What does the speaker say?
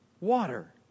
water